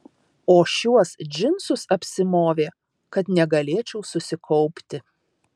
o šiuos džinsus apsimovė kad negalėčiau susikaupti